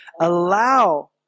allow